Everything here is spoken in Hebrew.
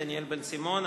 דניאל בן-סימון,